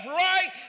right